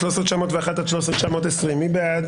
13,801 עד 13,820, מי בעד?